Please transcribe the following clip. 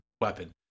weapon